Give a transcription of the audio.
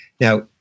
Now